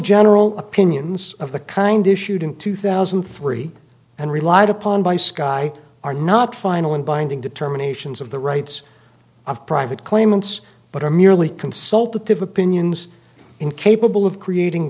general opinions of the kind issued in two thousand and three and relied upon by sky are not final and binding determinations of the rights of private claimants but are merely consultative opinions incapable of creating